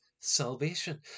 salvation